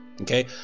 Okay